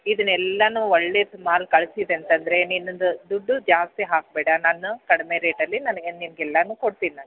ಇದ್ನ ಎಲ್ಲನು ಒಳ್ಳೇದು ಮಾಲ್ ಕಳಿಸಿದೆ ಅಂತಂದರೆ ನೀನೊಂದು ದುಡ್ಡು ಜಾಸ್ತಿ ಹಾಕಬೇಡ ನಾನು ಕಡಿಮೆ ರೇಟಲ್ಲಿ ನನಗೆ ನಿನಗೆ ಎಲ್ಲಾನು ಕೊಡ್ತೀನಿ ನಾನು ದುಡ್ಡು